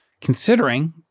considering